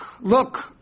look